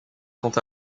quant